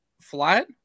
flat